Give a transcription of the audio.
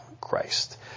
Christ